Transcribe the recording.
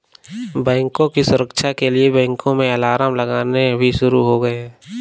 बैंकों की सुरक्षा के लिए बैंकों में अलार्म लगने भी शुरू हो गए हैं